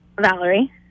Valerie